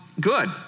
good